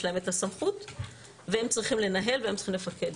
יש להם הסמכות והם צריכים לנהל והם צריכים לפקד.